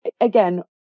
Again